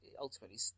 ultimately